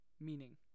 meaning